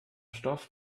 stoff